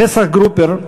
פסח גרופר,